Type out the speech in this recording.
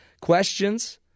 Questions